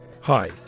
Hi